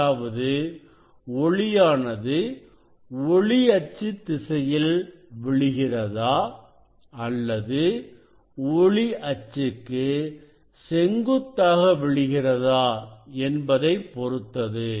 அதாவது ஒளியானது ஒளி அச்சு திசையில் விழுகிறதா அல்லது ஒளி அச்சுக்கு செங்குத்தாக விழுகிறதா என்பதை பொறுத்தது